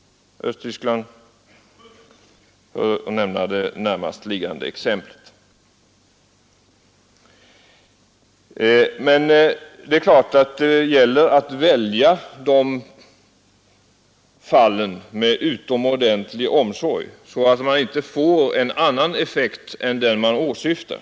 Östtyskland är det närmast liggande exemplet. Men det är klart att det gäller att välja de fallen med utomordentlig omsorg, så att man inte får en annan effekt än den man åsyftar.